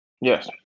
yes